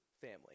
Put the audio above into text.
family